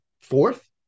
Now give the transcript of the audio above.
fourth